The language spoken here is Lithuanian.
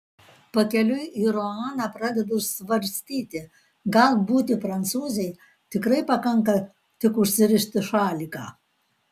pakeliui į ruaną pradedu svarstyti gal būti prancūzei tikrai pakanka tik užsirišti šaliką